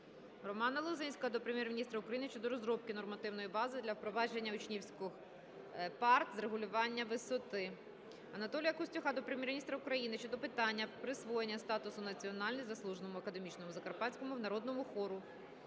Романа Лозинського до Прем'єр-міністра України щодо розробки нормативної бази для впровадження учнівських парт з регулюванням висоти. Анатолія Костюха до Прем'єр-міністра України щодо питання присвоєння статусу "національний" Заслуженому академічному Закарпатському народному хору.